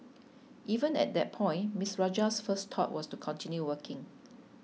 even at that point Ms Rajah's first thought was to continue working